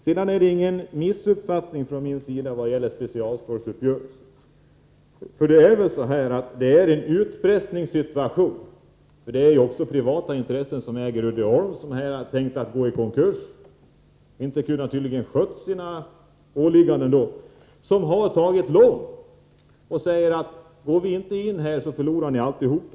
Det föreligger ingen missuppfattning från min sida när det gäller specialstålsuppgörelsen. Det föreligger en utpressningssituation — det är privata intressen, som äger också Uddeholm, som här har tänkt gå i konkurs; man har tydligen inte kunnat sköta sina åligganden. Man har tagit lån och säger: Går ni inte in här förlorar ni alltihop.